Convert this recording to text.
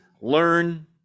learn